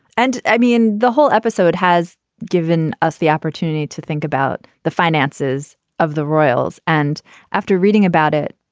and i mean, the whole episode has given us the opportunity to think about the finances of the royals. and after reading about it,